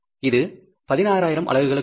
இது 16000 அலகுகளுக்கானது